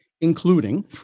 including